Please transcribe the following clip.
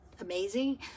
amazing